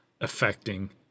affecting